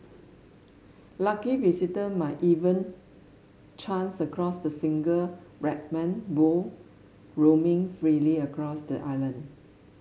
lucky visitor might even chance across the single Brahman bull roaming freely across the island